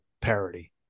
parity